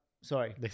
Sorry